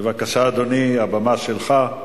בבקשה, אדוני, הבמה שלך.